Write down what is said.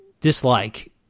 dislike